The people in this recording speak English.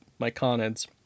myconids